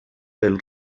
pel